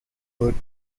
worth